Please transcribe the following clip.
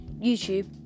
YouTube